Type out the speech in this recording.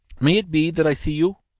may it be that i see you?